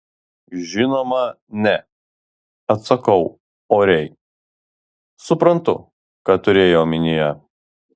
žinoma ne atsakau oriai suprantu ką turėjai omenyje